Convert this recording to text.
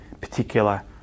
particular